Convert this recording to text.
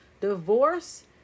divorce